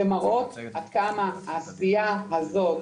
שמראים עד כמה העשייה הזאת,